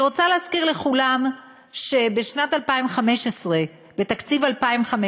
אני רוצה להזכיר לכולם שבשנת 2015, בתקציב 2015,